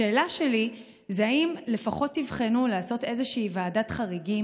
השאלה שלי: האם לפחות תבחנו לעשות איזו ועדת חריגים